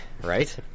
Right